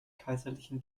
kaiserlichen